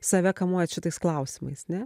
save kamuojat šitais klausimais ne